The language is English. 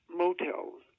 motels